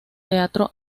teatro